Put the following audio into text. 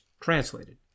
translated